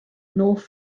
north